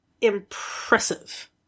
impressive